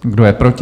Kdo je proti?